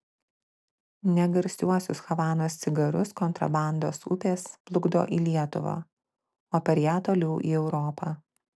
ne garsiuosius havanos cigarus kontrabandos upės plukdo į lietuvą o per ją toliau į europą